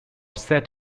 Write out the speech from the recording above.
set